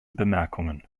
bemerkungen